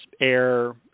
air